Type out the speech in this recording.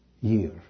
year